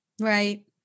Right